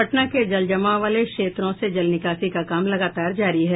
पटना के जलजमाव वाले क्षेत्रों से जल निकासी का काम लगातार जारी है